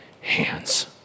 hands